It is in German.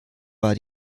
war